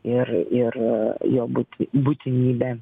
ir ir jo būt būtinybę